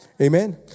Amen